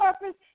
purpose